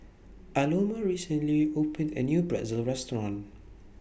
Aloma recently opened A New Pretzel Restaurant